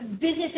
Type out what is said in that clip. business